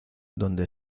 donde